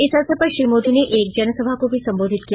इस अवसर पर श्री मोदी ने एक जनसभा को भी संबोधित किया